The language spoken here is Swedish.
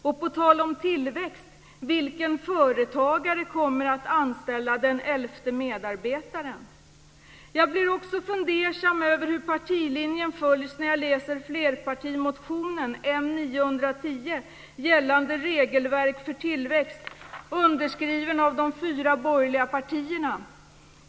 Och på tal om tillväxt - vilken företagare kommer att anställa den elfte medarbetaren? Jag blir också fundersam över hur partilinjen följs när jag läser flerpartimotionen m910 gällande regelverk för tillväxt, underskriven av de fyra borgerliga partierna.